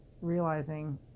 realizing